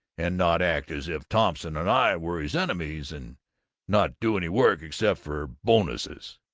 and not act as if thompson and i were his enemies and not do any work except for bonuses.